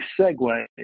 segue